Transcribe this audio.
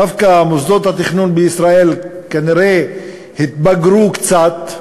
דווקא מוסדות התכנון בישראל כנראה התבגרו קצת,